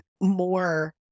more